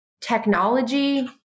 technology